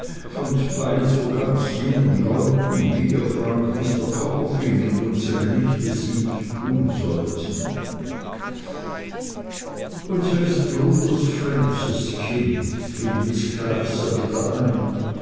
von zwei so ganz jungen leuten wie ihr freund mr copperfield und unsere nichte sind tun sollten unseres bruders francis kind fiel miß clarissa wieder ein